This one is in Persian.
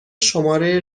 شماره